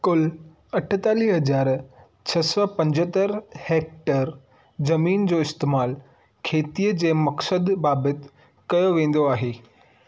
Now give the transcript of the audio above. कुल अठतालीह हज़ार छह सौ पंजतरि हेक्टर ज़मीन जो इस्तेमालु खेतीअ जे मक़सदु बाबति कयो वेंदो आहे